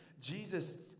Jesus